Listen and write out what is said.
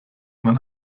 man